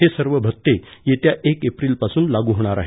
हे सर्व भत्ते येत्या एक एप्रिल पासून लागू होणार आहेत